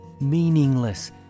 meaningless